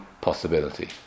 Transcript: possibility